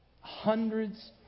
Hundreds